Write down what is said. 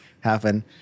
happen